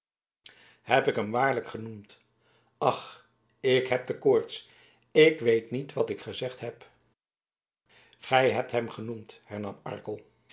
heb ik hem waarlijk genoemd ach ik heb de koorts ik weet niet wat ik gezegd heb gij hebt hem genoemd